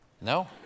No